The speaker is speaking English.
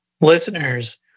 listeners